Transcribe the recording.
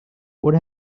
what